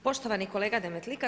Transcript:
Poštovani kolega Demetlika.